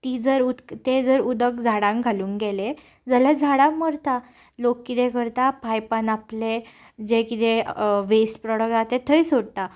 ती जर उदक तें जर उदक झाडांक घालूंक गेलें जाल्यार झाडां मरता लोक कितें करता पायपान आपले जे कितें वेस्ट प्रॉडक्ट आसा ते थंय सोडटा